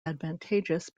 advantageous